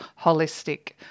holistic